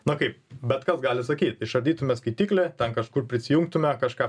na kaip bet kas gali sakyt išardytume skaitiklį ten kažkur prisijungtume kažką